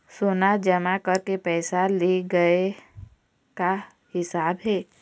सोना जमा करके पैसा ले गए का हिसाब हे?